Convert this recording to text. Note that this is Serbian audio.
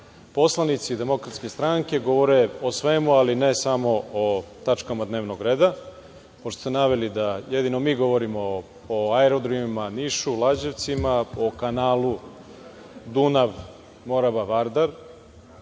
poslanici DS govore o svemu, ali ne samo o tačkama dnevnog reda, pošto ste naveli da jedino mi govorimo o aerodromima, Nišu, Lađevcima, o kanalu Dunav-Morava-Vardar